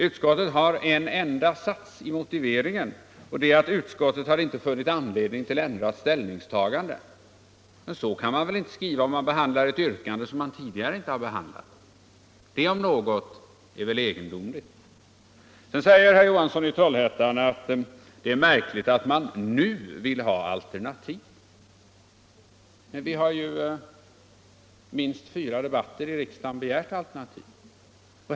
Utskottet har en enda sats i motiveringen, och det är att utskottet ”inte funnit anledning till ändrat ställningstagande”. Men så kan man väl inte skriva om man behandlar ett yrkande som tidigare inte behandlats. Det om något är väl egendomligt. Så säger herr Johansson i Trollhättan att det är märkligt att man nu vill ha alternativ. Men vi har ju i minst fyra debatter i riksdagen begärt alternativ!